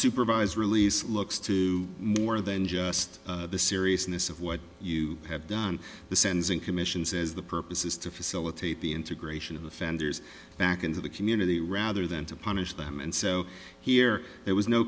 supervised release looks to more than just the seriousness of what you have done the sensing commission says the purpose is to facilitate the integration of offenders back into the community rather than to punish them and so here there was no